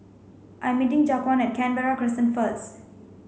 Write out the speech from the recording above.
I'm meeting Jaquan at Canberra Crescent first